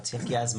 כי אז מה?